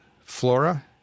Flora